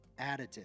additive